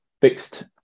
fixed